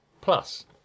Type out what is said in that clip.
plus